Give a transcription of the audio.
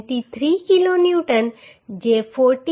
23 kilo newton જે 45